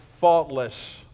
faultless